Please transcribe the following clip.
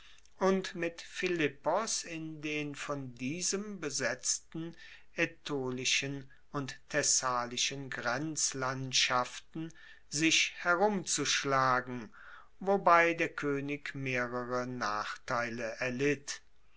und mit philippos in den von diesem besetzten aetolischen und thessalischen grenzlandschaften sich herumzuschlagen wobei der koenig mehrere nachteile erlitt